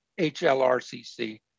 HLRCC